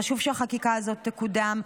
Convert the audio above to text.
חשוב שהחקיקה הזאת תקודם.